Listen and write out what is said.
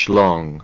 long